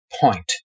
point